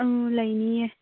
ꯑꯪ ꯂꯩꯅꯤꯌꯦ